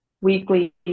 Weekly